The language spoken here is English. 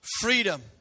freedom